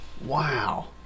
Wow